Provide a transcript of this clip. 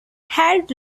had